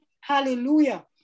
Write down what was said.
hallelujah